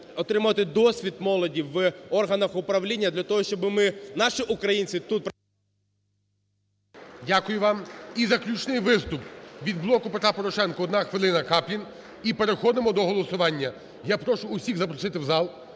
отримати досвід молоді в органах управління, для того щоб ми, наші українці тут… ГОЛОВУЮЧИЙ. Дякую вам. І заключний виступ від "Блоку Петра Порошенка". Одна хвилина, Каплін, і переходимо до голосування. Я прошу усіх запросити в зал.